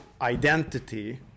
identity